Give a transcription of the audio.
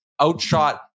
outshot